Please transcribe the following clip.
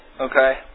Okay